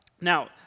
Now